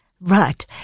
Right